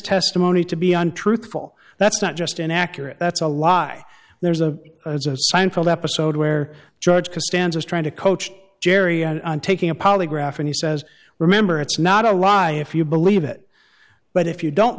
testimony to be untruthful that's not just inaccurate that's a lie there's a seinfeld episode where george who stands is trying to coach jerry on taking a polygraph and he says remember it's not a lie if you believe it but if you don't